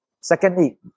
Secondly